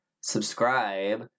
Subscribe